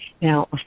Now